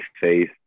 face